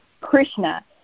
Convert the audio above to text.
Krishna